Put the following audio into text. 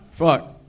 Fuck